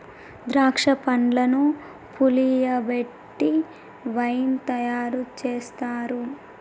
ద్రాక్ష పండ్లను పులియబెట్టి వైన్ తయారు చేస్తారు